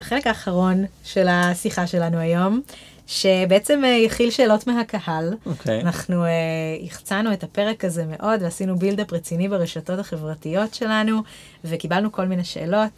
חלק האחרון של השיחה שלנו היום שבעצם יחיל שאלות מהקהל אוקיי אנחנו החצנו את הפרק הזה מאוד עשינו בילדאפ רציני ברשתות החברתיות שלנו וקיבלנו כל מיני שאלות.